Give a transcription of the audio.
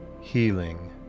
healing